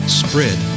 spread